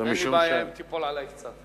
אין לי בעיה אם תיפול עלי קצת.